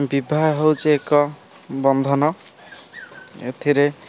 ବିବାହ ହେଉଛି ଏକ ବନ୍ଧନ ଏଥିରେ